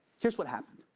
here's what happened.